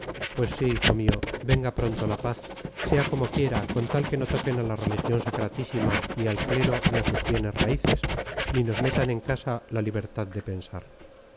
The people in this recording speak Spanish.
pues sí hijo mío venga pronto la paz sea como quiera con tal que no toquen a la religión sacratísima ni al clero ni a sus bienes raíces ni nos metan en casa la libertad de pensar